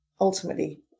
ultimately